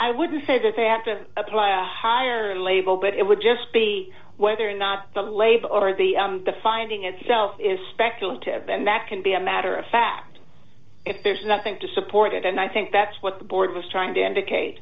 i wouldn't say that they have to apply a high label but it would just be whether or not the label or the the finding itself is speculative and that can be a matter of fact if there's nothing to support it and i think that's what the board was trying